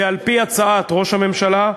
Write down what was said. ועל-פי הצעת ראש הממשלה,